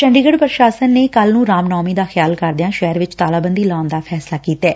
ਚੰਡੀਗੜ ਪੁਸ਼ਾਸਨ ਨੇ ਕੱਲੂ ਨੂੰ ਰਾਮ ਨੌਮੀ ਦਾ ਖਿਆਲ ਕਰਦਿਆਂ ਸ਼ਹਿਰ ਵਿਚ ਤਾਲਾਬੰਦੀ ਲਾਉਣ ਦਾ ਫੈਸਲਾ ਕੀਤੈ